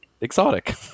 exotic